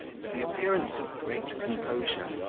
with the appearance of great composure,